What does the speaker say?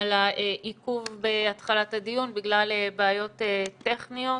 על העיכוב בהתחלת הדיון בגלל בעיות טכניות.